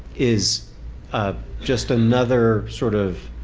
is ah just another sort of